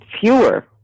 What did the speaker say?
fewer